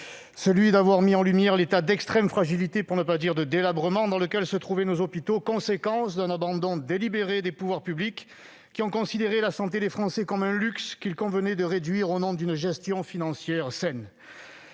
celui d'avoir mis en lumière l'état d'extrême fragilité, pour ne pas dire de délabrement, dans lequel se trouvaient nos hôpitaux, conséquence d'un abandon délibéré des pouvoirs publics, qui ont considéré la santé des Français comme un luxe qu'il convenait de réduire au nom d'une gestion financière saine.